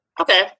Okay